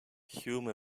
hume